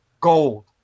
gold